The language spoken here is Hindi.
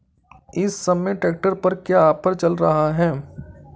इस समय ट्रैक्टर पर क्या ऑफर चल रहा है?